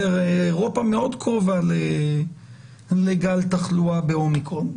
אירופה מאוד קרובה לגל תחלואה ב-אומיקרון.